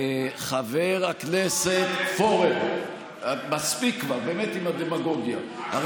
חבר הכנסת פורר, מספיק כבר עם הדמגוגיה, באמת.